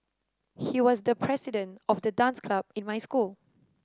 he was the president of the dance club in my school